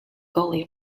gully